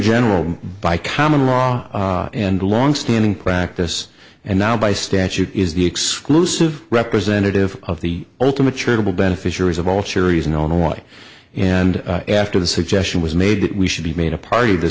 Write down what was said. general by common law and longstanding practice and now by statute is the exclusive representative of the ultimate charitable beneficiaries of all charities in illinois and after the suggestion was made that we should be made a part of the